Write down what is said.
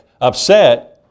upset